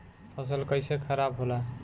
फसल कैसे खाराब होला?